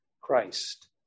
Christ